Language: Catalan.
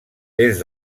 des